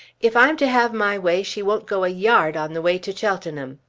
if i'm to have my way she won't go a yard on the way to cheltenham.